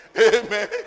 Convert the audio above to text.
Amen